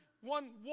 one